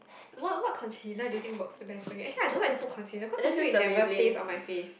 what what concealer do you think works the best for you actually I don't like to put concealer cause I feel it never stays on my face